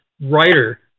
writer